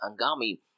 Angami